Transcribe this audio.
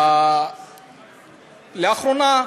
לאחרונה,